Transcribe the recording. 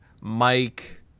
Mike